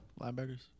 Linebackers